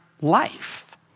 life